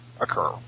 occur